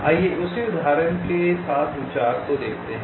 आइए उसी उदाहरण के साथ विचार को देखते हैं